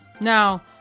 Now